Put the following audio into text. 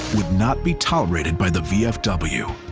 would not be tolerated by the vfw.